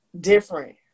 different